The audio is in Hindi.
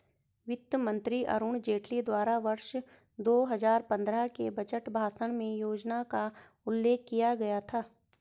वित्त मंत्री अरुण जेटली द्वारा वर्ष दो हजार पन्द्रह के बजट भाषण में योजना का उल्लेख किया गया था